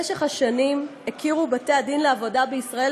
במשך השנים הכירו בתי-הדין לעבודה בישראל